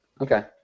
Okay